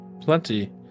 plenty